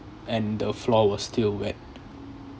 and the floor was still wet